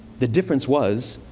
the difference was,